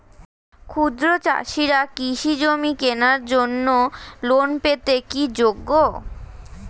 ক্ষুদ্র চাষিরা কৃষিজমি কেনার জন্য লোন পেতে কি যোগ্য?